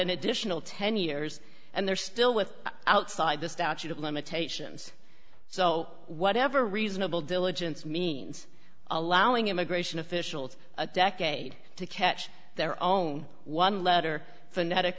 an additional ten years and they're still with outside the statute of limitations so whatever reasonable diligence means allowing immigration officials a decade to catch their own one letter